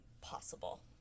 possible